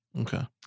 Okay